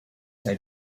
they